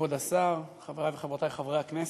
כבוד השר, חברותי וחברי חברי הכנסת,